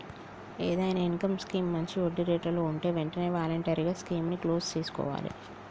ఏదైనా income scheme మంచి వడ్డీరేట్లలో వుంటే వెంటనే వాలంటరీగా స్కీముని క్లోజ్ చేసుకోవాలే